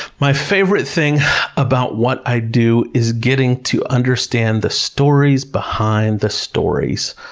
my favorite thing about what i do is getting to understand the stories behind the stories.